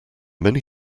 many